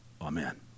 amen